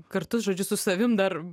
kartu žodžiu su savim dar